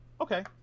okay